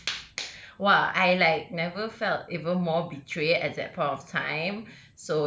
!wah! I like never felt even more betrayed at that point of time